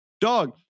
Dog